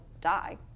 die